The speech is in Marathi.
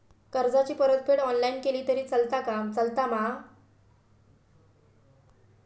कर्जाची परतफेड ऑनलाइन केली तरी चलता मा?